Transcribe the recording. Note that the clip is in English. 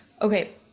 Okay